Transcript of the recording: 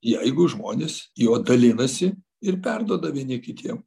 jeigu žmonės juo dalinasi ir perduoda vieni kitiem